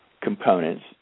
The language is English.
components